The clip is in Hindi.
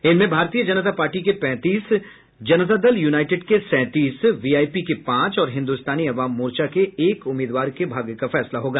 इनमें भारतीय जनता पार्टी के पैंतीस दल जनता दल युनाइटेड के सैंतीस वीआईपी के पांच और हिन्द्रस्तानी अवाम मोर्चा के एक उम्मीदवार के भाग्य का फैसला होगा